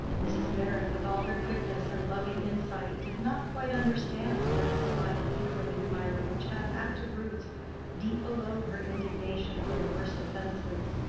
mrs. meyrick, with all her quickness and loving insight, did not quite understand that filial feeling in mirah which had active roots deep below her indignation for the worst offenses.